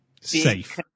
safe